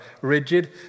rigid